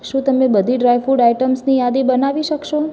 શું તમે બધી ડ્રાયફ્રૂટ આઇટમ્સની યાદી બનાવી શકશો ને